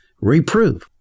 reprove